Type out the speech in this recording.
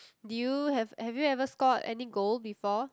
did you have have you ever scored any goal before